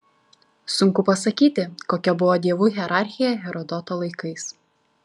sunku pasakyti kokia buvo dievų hierarchija herodoto laikais